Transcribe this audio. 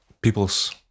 people's